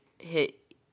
hit